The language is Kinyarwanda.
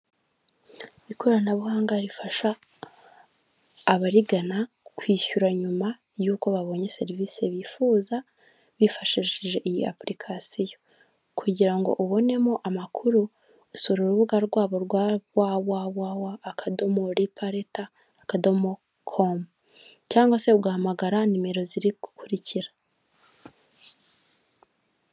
Ikoranabuhanga rifasha, abarigana kwishyura nyuma yuko babonye serivisi bifuza bifashishije iyi application kugirango ubonemo amakuru usura urubuga rwabo wawawa. re pareta. komu. cyangwa se uguhahamagara nimero ziri gukurikira.